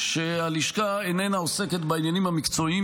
שהלשכה איננה עוסקת בעניינים המקצועיים